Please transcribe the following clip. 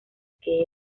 que